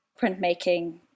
printmaking